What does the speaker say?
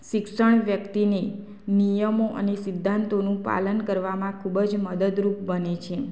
શિક્ષણ વ્યક્તિને નિયમો અને સિદ્ધાંતોનું પાલન કરવામાં ખૂબ જ મદદરૂપ બને છે